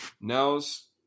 Nels